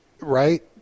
Right